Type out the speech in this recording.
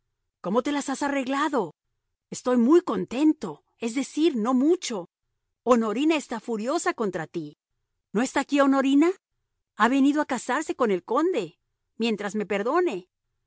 cómo te las has arreglado estoy muy contento es decir no mucho honorina está furiosa contra ti no está aquí honorina ha venido a casarse con el conde mientras me perdone